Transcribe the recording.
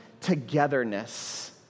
togetherness